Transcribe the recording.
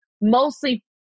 mostly